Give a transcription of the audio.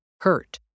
hurt